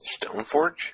Stoneforge